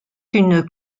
une